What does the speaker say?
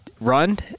Run